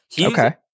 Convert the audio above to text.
okay